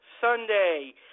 Sunday